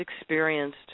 experienced